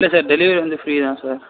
இல்லை sir delivery வந்து free தான் சார்